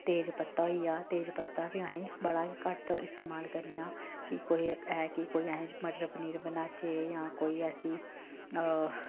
तेज़ पत्ता होई गेआ तेज पत्ता बी असें बड़ा गै घट्ट इस्तेमाल करने आं कि कोई ऐ कि कोई असें मटर पनीर बनाचै जां कोई ऐसी